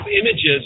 images